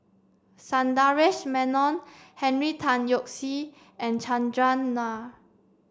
Sundaresh Menon Henry Tan Yoke See and Chandran Nair